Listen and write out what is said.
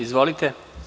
Izvolite.